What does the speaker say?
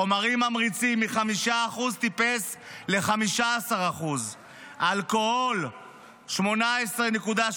חומרים ממריצים, מ-5% טיפס ל-15%; אלכוהול 18.6%,